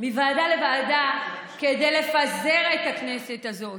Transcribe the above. מוועדה לוועדה כדי לפזר את הכנסת הזאת.